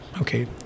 okay